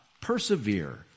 Persevere